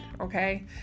okay